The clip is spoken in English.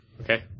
okay